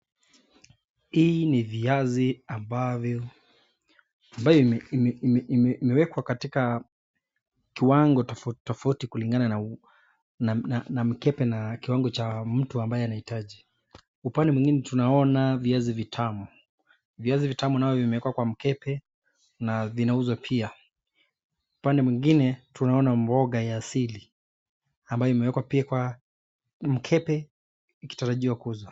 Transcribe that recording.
Hii ni viazi ambavyo imewekwa katika kiwango tofauti tofauti kulingana na mkembe na kiwango cha mtu ambaye anaitaji, upande mwingine tunaona viazi vitamu viazi vitamu vimeekwa kwa mkembe na vinauza pia, upande mwingine tunaona mboga ya hasili ambayo imeekwa pia kwa mkembe ikitarajiwa kuuza.